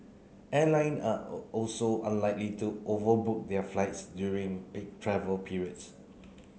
airline are also unlikely to overbook their flights during peak travel periods